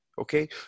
okay